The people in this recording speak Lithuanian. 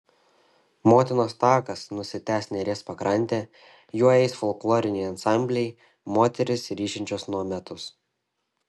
motinos takas nusitęs neries pakrante juo eis folkloriniai ansambliai moterys ryšinčios nuometus